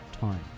time